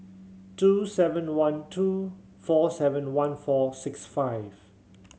two seven one two four seven one four six five